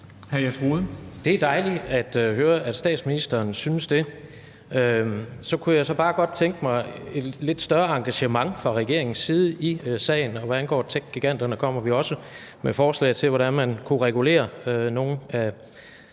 Det er dejligt at høre, at statsministeren synes det. Så kunne jeg så bare godt tænke mig et lidt større engagement fra regeringens side i sagen. Hvad angår techgiganterne, kommer vi også med forslag til, hvordan man kunne regulere i